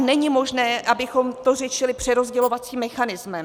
Není ale možné, abychom to řešili přerozdělovacím mechanismem.